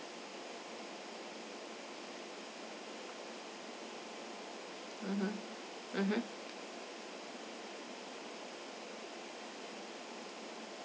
mmhmm mmhmm